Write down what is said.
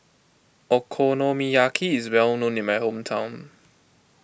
Okonomiyaki is well known in my hometown